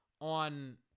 on